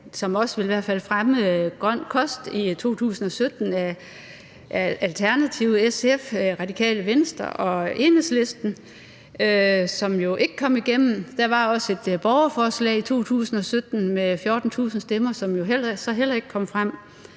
fald også ville fremme grøn kost – i 2017 af Alternativet, SF, Radikale Venstre og Enhedslisten, som ikke kom igennem. Der var også et borgerforslag i 2017 med 14.000 støtter, som jo så heller ikke kom igennem.